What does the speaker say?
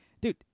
dude